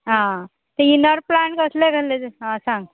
आ ते inner plant कसले घाल्ले आ सांग